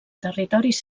territoris